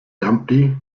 dumpty